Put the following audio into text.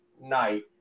night